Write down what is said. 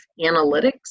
analytics